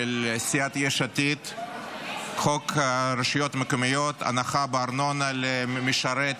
(תיקון, הנחה בארנונה למשרת